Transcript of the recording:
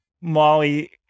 Molly